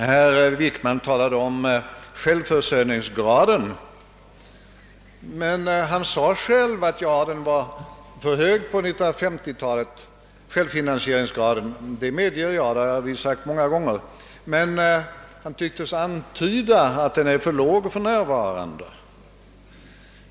Statsrådet Wickman talade om självfinansieringsgraden och sade att den var för låg på 1950-talet — jag medger detta och vi har också framhållit det många gånger — men han tycktes även antyda att den är för låg för närvarande.